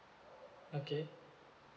okay